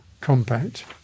Compact